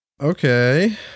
Okay